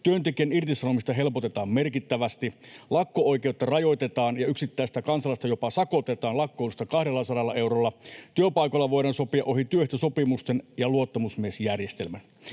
työntekijän irtisanomista helpotetaan merkittävästi, lakko-oikeutta rajoitetaan ja yksittäistä kansalaista jopa sakotetaan lakkoilusta 200 eurolla, työpaikoilla voidaan sopia ohi työehtosopimusten ja luottamusmiesjärjestelmän.